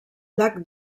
llac